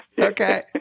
Okay